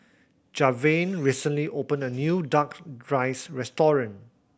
Javen recently opened a new Duck Rice restaurant